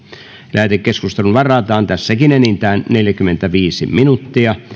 lähetekeskusteluun varataan tässäkin enintään neljäkymmentäviisi minuuttia